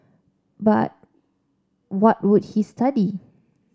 but what would he study